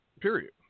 period